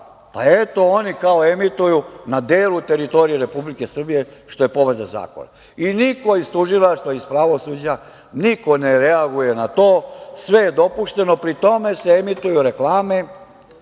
pa eto oni kao emituju na delu teritorije Republike Srbije, što je povreda zakona. Niko iz tužilaštva, iz pravosuđa ne reaguje na to, sve je dopušteno. Pri tome se emituju reklame,